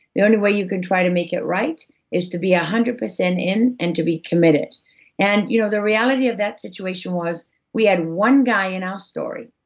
the only way you can try to make it right is to be one ah hundred percent in, and to be committed and you know the reality of that situation was we had one guy in our story,